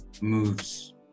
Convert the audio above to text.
moves